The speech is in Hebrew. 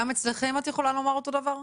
גם אצלכם את יכולה לומר את אותו הדבר?